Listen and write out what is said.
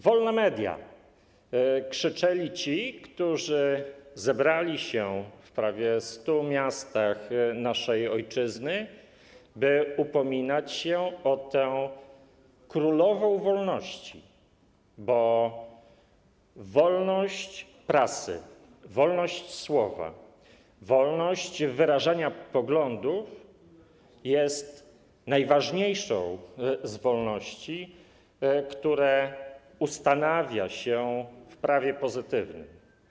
Wolne media! - krzyczeli ci, którzy zebrali się w prawie 100 miastach naszej ojczyzny, by upominać się o tę królową wolności, bo wolność prasy, wolność słowa, wolność wyrażania poglądów jest najważniejszą z wolności, które ustanawia się w prawie pozytywnym.